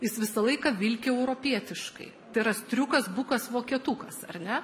jis visą laiką vilki europietiškai tai yra striukas bukas vokietukas ar ne